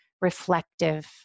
reflective